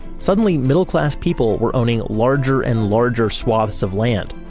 suddenly middle-class people were owning larger and larger swaths of land.